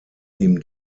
ihm